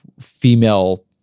female